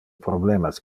problemas